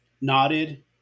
nodded